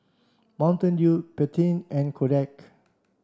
Mountain Dew Pantene and Kodak